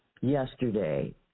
yesterday